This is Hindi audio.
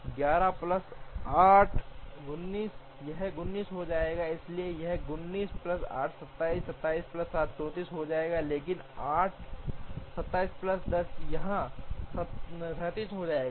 ११ प्लस 8 19 यह 19 हो जाएगा इसलिए यह 19 प्लस 8 27 27 प्लस 7 34 हो जाएगा लेकिन 8 27 प्लस 10 यहां 37 हो जाएंगे